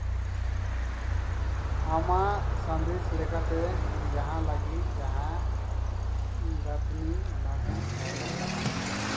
ᱟᱢᱟᱜ ᱥᱟᱸᱫᱮᱥ ᱞᱮᱠᱟᱛᱮ ᱡᱟᱦᱟᱸ ᱞᱟᱹᱜᱤᱫ ᱡᱟᱦᱟᱸ ᱜᱟᱹᱛᱷᱱᱤ ᱚᱱᱚᱬᱦᱮ ᱚᱞ ᱠᱟᱫᱟᱢ